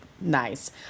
Nice